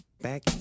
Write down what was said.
back